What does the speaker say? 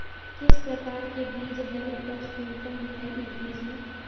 किस प्रकार के बीज है उपज कुंसम है इस बीज में?